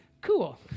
cool